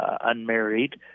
unmarried